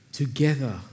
together